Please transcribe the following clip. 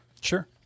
Sure